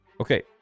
okay